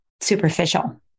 superficial